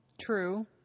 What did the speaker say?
True